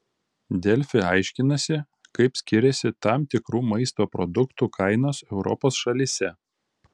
delfi aiškinasi kaip skiriasi tam tikrų maisto produktų kainos europos šalyse